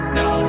no